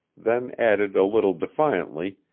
then added a little defiantly